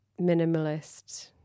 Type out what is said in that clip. minimalist